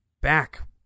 back